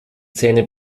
zähne